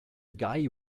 guy